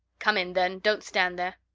come in then, don't stand there.